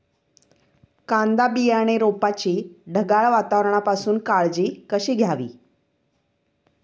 कांदा बियाणे रोपाची ढगाळ वातावरणापासून काळजी कशी घ्यावी?